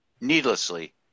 needlessly